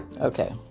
Okay